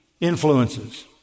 influences